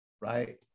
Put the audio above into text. right